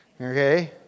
Okay